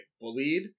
bullied